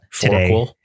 today